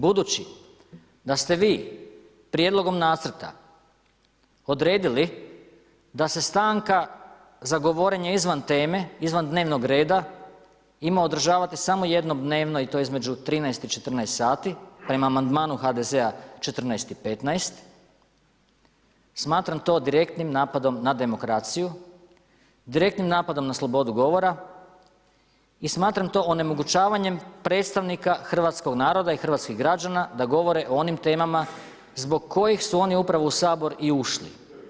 Budući da ste vi prijedlogom nacrta odredili da se stanka za govorenje izvan teme, izvan dnevnoga reda ima održavati samo jednom dnevno i to između 13 i 14 sati prema amandmanu HDZ-a 14 i 15, smatram to direktnim napadom na demokraciju, direktnim napadom na slobodu govora i smatram to onemogućavanjem predstavnika hrvatskoga naroda i hrvatskih građana da govore o onim temama zbog kojih su oni upravo u Sabor i ušli.